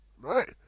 right